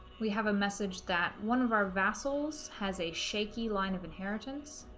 we have a message that one of our vassals has a shaky line of inheritance